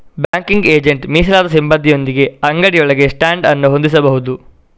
banking agent ಮೀಸಲಾದ ಸಿಬ್ಬಂದಿಯೊಂದಿಗೆ ಅಂಗಡಿಯೊಳಗೆ ಸ್ಟ್ಯಾಂಡ್ ಅನ್ನು ಹೊಂದಿಸಬಹುದು